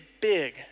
big